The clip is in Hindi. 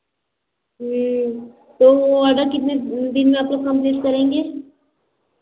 तो ऑर्डर कितने दिन में आप लोग कंप्लीट करेंगे